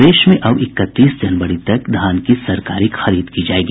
प्रदेश में अब इकतीस जनवरी तक ही धान की सरकारी खरीद की जायेगी